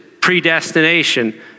predestination